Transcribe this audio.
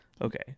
okay